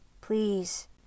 Please